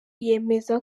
yemeza